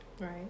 Right